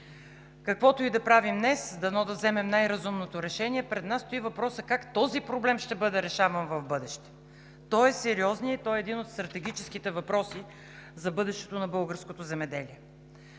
Каквото и да правим днес, дано да вземем най-разумното решение, пред нас стои въпросът как този проблем ще бъде решаван в бъдеще. Той е сериозният, той е един от стратегическите въпроси за бъдещето на българското земеделие.